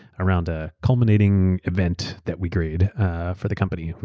around a culminating event that we grade for the company,